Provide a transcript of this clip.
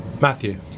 Matthew